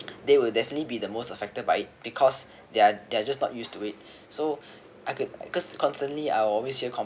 they will definitely be the most affected by it because they're they're just not used to it so I could because constantly I always hear com~